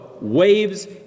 waves